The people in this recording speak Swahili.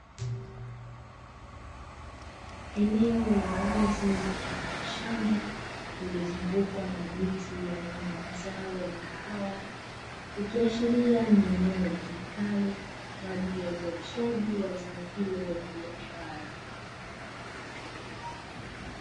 Eneo la wazi mfano wa shamba lililozungukwa na miti ya aina ya zao la kahawa, ikiashiria ni eneo litumikalo kwa ajili uzalishaji wa zao hilo la biashara.